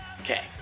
Okay